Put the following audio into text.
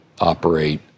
Operate